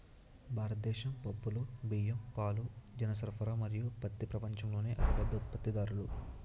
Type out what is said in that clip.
భారతదేశం పప్పులు, బియ్యం, పాలు, జనపనార మరియు పత్తి ప్రపంచంలోనే అతిపెద్ద ఉత్పత్తిదారులు